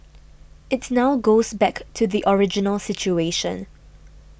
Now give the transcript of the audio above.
it now goes back to the original situation